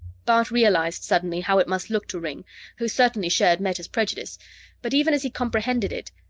bart realized, suddenly, how it must look to ringg who certainly shared meta's prejudice but even as he comprehended it,